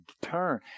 turn